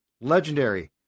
legendary